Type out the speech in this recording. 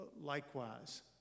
Likewise